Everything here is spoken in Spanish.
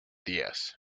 días